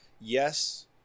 Yes